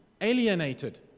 alienated